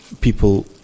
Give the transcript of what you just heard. people